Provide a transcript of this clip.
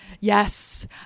yes